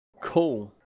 Cool